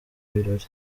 birori